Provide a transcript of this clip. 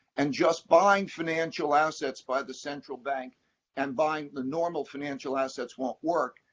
and just buying financial assets by the central bank and buying the normal financial assets won't work.